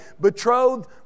betrothed